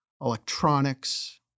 electronics